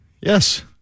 Yes